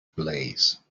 blaze